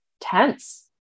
tense